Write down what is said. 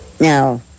now